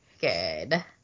good